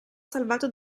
salvato